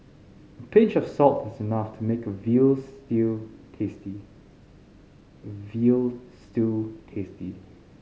a pinch of salt is enough to make a veal stew tasty veal stew tasty